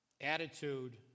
attitude